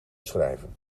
schrijven